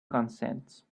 consents